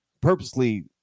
purposely